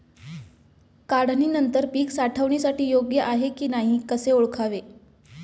काढणी नंतर पीक साठवणीसाठी योग्य आहे की नाही कसे ओळखावे?